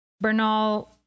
Bernal